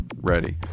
ready